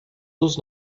dos